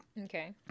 okay